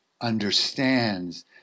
understands